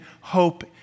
hope